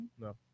no